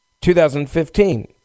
2015